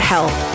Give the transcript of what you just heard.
Health